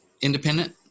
independent